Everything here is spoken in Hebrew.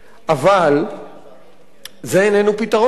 אבל זה איננו פתרון קסם,